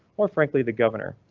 or frankly the governor.